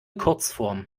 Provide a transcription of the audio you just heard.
kurzform